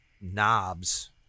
knobs